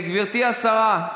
גברתי השרה,